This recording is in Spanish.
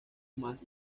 más